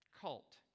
cult